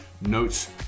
Notes